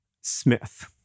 Smith